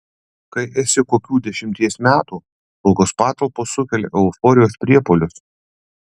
kai esi kokių dešimties metų tokios patalpos sukelia euforijos priepuolius